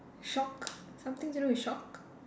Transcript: shock something to do with shock